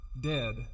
dead